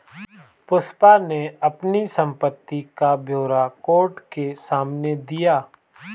पुष्पा ने अपनी संपत्ति का ब्यौरा कोर्ट के सामने दिया